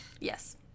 Yes